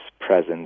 presence